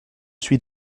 suis